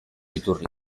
iturri